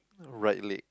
right leg